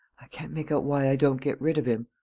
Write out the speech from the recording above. i can't make out why i don't get rid of him.